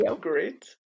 Great